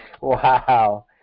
Wow